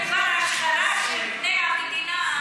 זו כבר השחרה של פני המדינה?